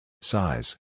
Size